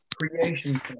creation